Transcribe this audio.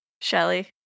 Shelly